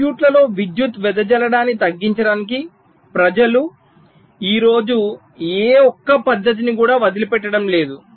సర్క్యూట్లలో విద్యుత్తు వెదజల్లడాన్ని తగ్గించడానికి ప్రజలు ఈ రోజు ఏ ఒక్క పద్దతిని కూడా వదిలిపెట్టరు